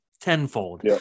tenfold